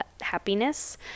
happiness